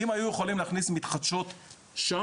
אם היו יכולים להכניס מתחדשות שם,